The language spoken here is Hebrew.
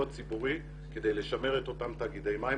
ציבורי כדי לשמר את אותם תאגידי מים.